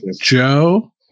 Joe